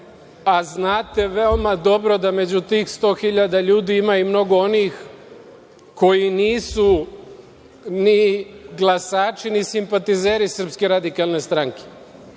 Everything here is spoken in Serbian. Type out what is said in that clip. a znate veoma dobro da među tih 100 hiljada ljudi ima i mnogo onih koji nisu ni glasači ni simpatizeri Srpske radikalne stranke.